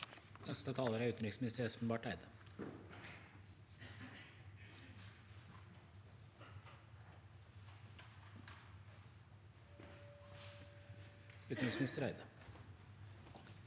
Første talar er utanriksminister Espen Barth Eide. Utenriksminister Espen